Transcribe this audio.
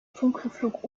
funkenflug